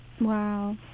Wow